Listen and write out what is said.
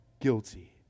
guilty